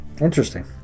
Interesting